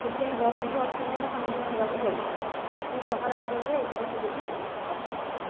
ସେଥିପାଇଁ ବହୁତ ଅସୁବିଧାର ସମ୍ମୁଖୀନ ହେବାକୁ ପଡ଼ୁଛି କିନ୍ତୁ ସହରାଞ୍ଚଳରେ ଏତକ ସୁବିଧା ଅଛି